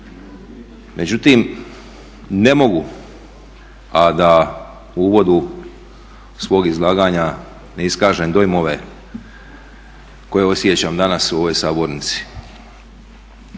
Međutim ne mogu a da u uvodu svog izlaganja ne iskažem dojmove koje osjećam danas u ovoj sabornici.